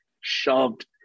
shoved